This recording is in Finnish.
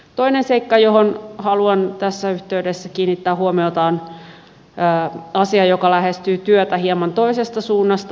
toinen seikka johon haluan tässä yhteydessä kiinnittää huomiota on asia joka lähestyy työtä hieman toisesta suunnasta